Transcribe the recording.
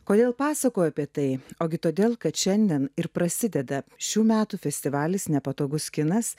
kodėl pasakojo apie tai ogi todėl kad šiandien ir prasideda šių metų festivalis nepatogus kinas